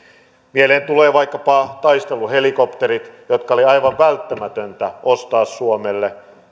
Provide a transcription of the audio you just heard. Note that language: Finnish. mieleen tulee vaikkapa taisteluhelikopterit jotka oli aivan välttämätöntä ostaa suomelle